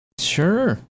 Sure